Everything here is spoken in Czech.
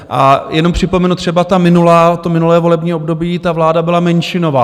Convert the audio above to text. A jenom připomenu třeba ta minulá, to minulé volební období, ta vláda byla menšinová.